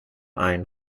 einen